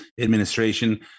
administration